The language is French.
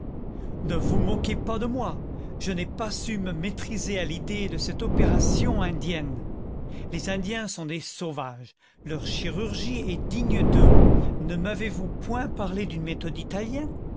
ne vous moquez pas de moi je n'ai pas su me maîtriser à l'idée de cette opération indienne les indiens sont des sauvages leur chirurgie est digne d'eux ne m'avez vous point parlé d'une méthode italienne